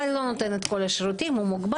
סל לא נותן את כל השירותים, הוא מוגבל.